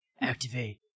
activate